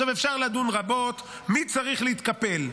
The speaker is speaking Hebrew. אפשר לדון רבות מי צריך להתקפל,